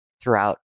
throughout